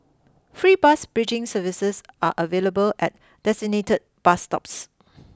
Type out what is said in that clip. free bus bridging services are available at designated bus stops